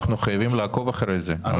אנחנו חייבים לעקוב אחרי זה.